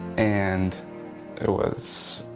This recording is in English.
and it was